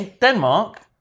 Denmark